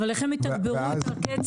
אבל איך הם יתגברו את הקצב?